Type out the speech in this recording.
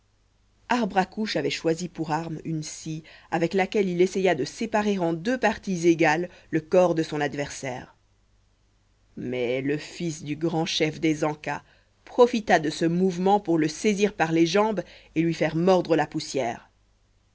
arbre à couche avait choisi pour arme une scie avec laquelle il essaya de séparer en deux parties égales le corps de son adversaire mais le fils du grand chef des ancas profita de ce mouvement pour le saisir par les jambes et lui faire mordre la poussière